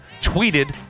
tweeted